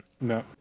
No